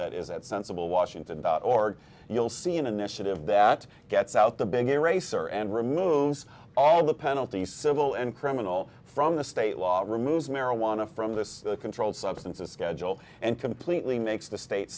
that is at sensible washington about or you'll see an initiative that gets out the big eraser and removes all the penalties civil and criminal from the state law removes marijuana from this controlled substance of schedule and completely makes the states